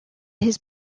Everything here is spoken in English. his